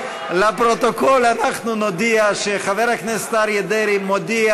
לפרוטוקול אנחנו נודיע שחבר הכנסת אריה דרעי מודיע